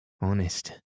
honest